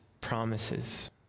promises